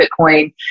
Bitcoin